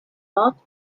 not